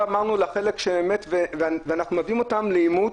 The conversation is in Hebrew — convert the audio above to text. אנחנו מביאים אותם לעימות